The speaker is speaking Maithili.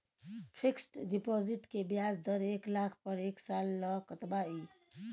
फिक्सड डिपॉजिट के ब्याज दर एक लाख पर एक साल ल कतबा इ?